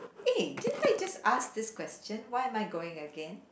eh didn't I just ask this question why am I going again